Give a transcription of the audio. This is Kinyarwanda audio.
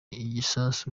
igisasu